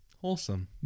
Wholesome